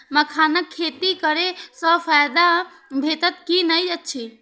मखानक खेती करे स फायदा भेटत की नै अछि?